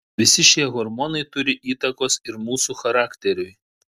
visi šie hormonai turi įtakos ir mūsų charakteriui